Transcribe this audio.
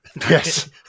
Yes